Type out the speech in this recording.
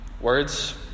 Words